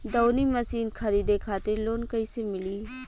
दऊनी मशीन खरीदे खातिर लोन कइसे मिली?